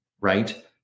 Right